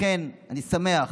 לכן אני שמח